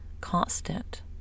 constant